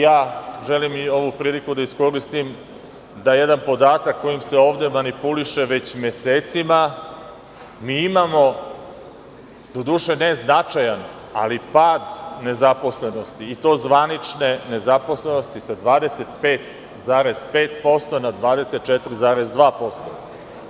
Ja želim i ovu priliku da iskoristim da jedan podatak, kojim se ovde manipuliše već mesecima, mi imamo, doduše ne značajan, ali pad nezaposlenosti i to zvanične nezaposlenosti sa 25,5% na 24,2%